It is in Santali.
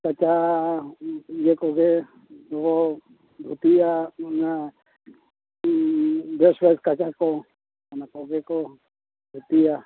ᱠᱟᱪᱟ ᱤᱭᱟᱹ ᱠᱚᱜᱮ ᱚ ᱫᱷᱩᱛᱤᱭᱟᱜ ᱚᱱᱟ ᱵᱮᱥ ᱵᱮᱥ ᱠᱟᱪᱟ ᱠᱚ ᱚᱱᱟ ᱠᱚᱜᱮ ᱠᱚ ᱫᱷᱩᱛᱤᱭᱟ